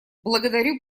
благодарю